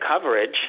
coverage